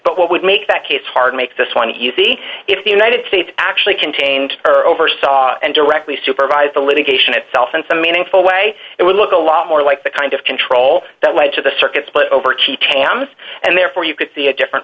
but what would make that case hard make this one easy if the united states actually contained or oversaw and directly supervised the litigation itself in some meaningful way it would look a lot more like the kind of control that led to the circuit split over key cams and therefore you could see a different